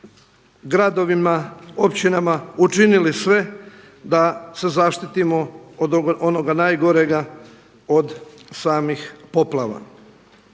gradovima, općinama učinili sve da se zaštitimo od onoga najgorega, od samih poplava.